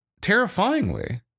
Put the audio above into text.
terrifyingly